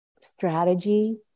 strategy